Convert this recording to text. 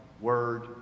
word